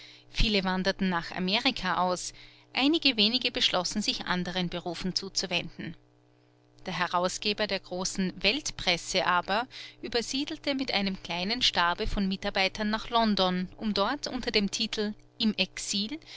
viele wanderten nach amerika aus einige wenige beschlossen sich anderen berufen zuzuwenden der herausgeber der großen weltpresse aber übersiedelte mit einem kleinen stabe von mitarbeitern nach london um dort unter dem titel im exil